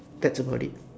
that's about it